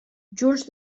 junts